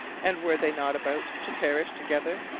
and were they not about to perish together?